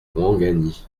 ouangani